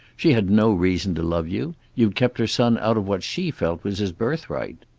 she had no reason to love you. you'd kept her son out of what she felt was his birthright.